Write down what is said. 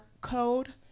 code